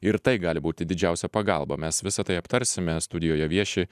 ir tai gali būti didžiausia pagalba mes visa tai aptarsime studijoje vieši